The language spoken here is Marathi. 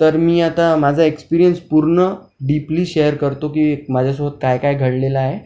तर मी आता माझा एक्सपीरियन्स पूर्ण डीपली शेयर करतो की माझ्यासोबत कायकाय घडलेलं आहे